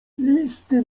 listy